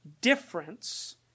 difference